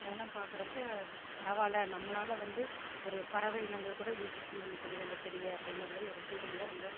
அதெலாம் பார்க்குறப்ப பரவாயில்ல நம்மளால் வந்து ஒரு பறவை இனங்கள் கூட யூஸ் பண்ணிக்கிதுங்க இந்த செடியை அப்படிங்கிற மாதிரி ஒரு ஃபீலிங்கில ரொம்ப